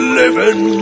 living